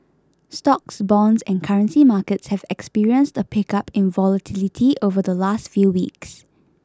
stocks bonds and currency markets have experienced a pickup in volatility over the last few weeks